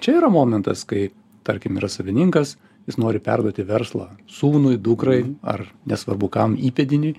čia yra momentas kai tarkim yra savininkas jis nori perduoti verslą sūnui dukrai ar nesvarbu kam įpėdiniui